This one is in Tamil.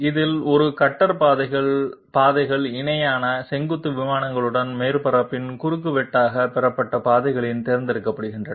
இதில் ஒரு கட்டர் பாதைகள் இணையான செங்குத்து விமானங்களுடன் மேற்பரப்பின் குறுக்குவெட்டாகப் பெறப்பட்ட பாதைகளில் தேர்ந்தெடுக்கப்படுகின்றன